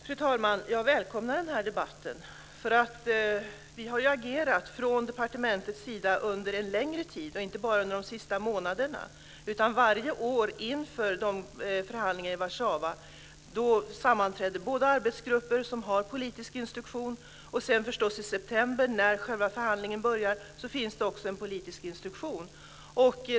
Fru talman! Jag välkomnar den här debatten. Vi har agerat från departementets sida under en längre tid, inte bara under de senaste månaderna. Varje år inför förhandlingarna i Warszawa sammanträder arbetsgrupper som har politisk instruktion, och i september när själva förhandlingen börjar finns det förstås också en politisk instruktion.